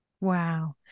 Wow